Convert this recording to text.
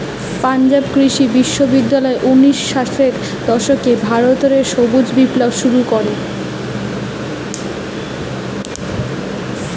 পাঞ্জাব কৃষি বিশ্ববিদ্যালয় উনিশ শ ষাটের দশকে ভারত রে সবুজ বিপ্লব শুরু করে